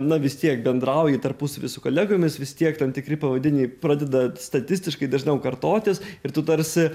na vis tiek bendrauji tarpusavy su kolegomis vis tiek tam tikri pavadinimai pradeda statistiškai dažniau kartotis ir tu tarsi